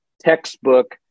textbook